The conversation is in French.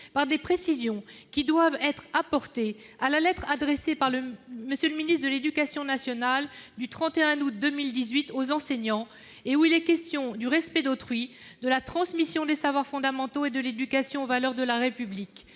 par des précisions, qui doivent être apportées à la lettre adressée par M. le ministre de l'éducation nationale, le 31 août 2018, aux enseignants, où il est question du respect d'autrui, de la transmission de savoirs fondamentaux et de l'éducation aux valeurs de la République.